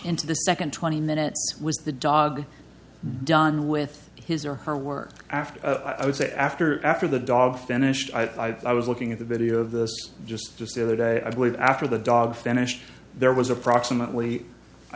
into the second twenty minutes was the dog done with his or her work after i would say after after the dog finished i i was looking at the video of this just the other day i believe after the dog finished there was approximately i